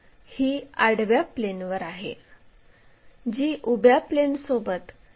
यामध्ये आपल्याला केंद्र p सोबत आर्क काढायचा आहे